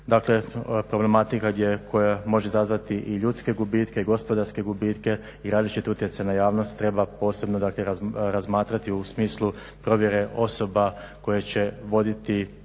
Dakle, problematika je koja može izazvati i ljudske gubitke, gospodarske gubitke i različit utjecaj na javnost, treba posebno dakle razmatrati u smislu provjere osoba koje će voditi